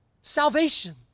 salvation